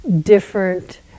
different